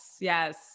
Yes